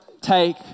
Take